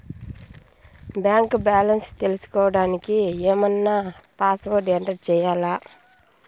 Bank balance తెలుసుకోవడానికి ఏమన్నా password enter చేయాలా?